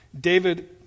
David